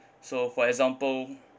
so for example